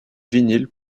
vinyle